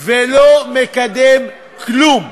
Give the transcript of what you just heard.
ולא מקדם כלום.